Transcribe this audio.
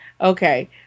Okay